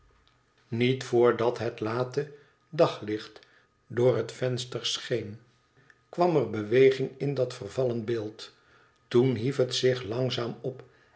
niet voordat het late daglicht door het venster scheen kwam er beweging in dat vervallen beeld toen hief het zich langzaam op